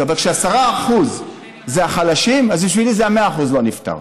אבל כש-10% זה החלשים, אז בשבילי 100% לא נפתרו.